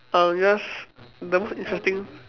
I'll just the most interesting